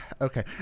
Okay